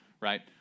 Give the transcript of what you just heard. Right